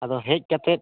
ᱟᱫᱚ ᱦᱮᱡ ᱠᱟᱛᱮᱫ